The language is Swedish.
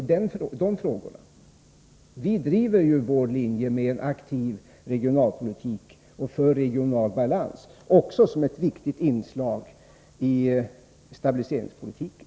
Vi i centern driver vår linje med en aktiv regionalpolitik och för regional balans, också som ett viktigt inslag i stabiliseringspolitiken.